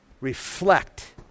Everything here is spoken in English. Reflect